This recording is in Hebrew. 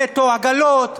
נטו עגלות,